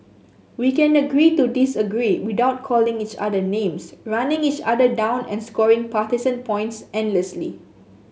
we can agree to disagree without calling each other names running each other down and scoring partisan points endlessly